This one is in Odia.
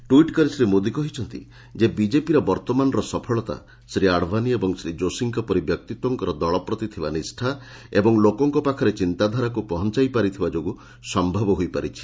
ଟ୍ୱିଟ୍ କରି ଶ୍ରୀ ମୋଦି କହିଛନ୍ତି ଯେ ବିଜେପିର ବର୍ତ୍ତମାନର ସଫଳତା ଶ୍ରୀ ଆଡଭାନୀ ଏବଂ ଶ୍ରୀ ଯୋଶୀଙ୍କ ପରି ବ୍ୟକ୍ତିତ୍ୱଙ୍କର ଦଳ ପ୍ରତି ଥିବା ନିଷ୍ଠା ଏବଂ ଲୋକଙ୍କ ପାଖରେ ଚିନ୍ତାଧାରାକୁ ପହଞ୍ଚାଇ ପାରିଥିବା ଯୋଗୁଁ ସମ୍ଭବ ହୋଇପାରିଛି